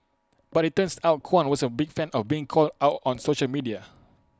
but IT turns out Kwan wasn't A big fan of being called out on social media